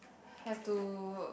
have to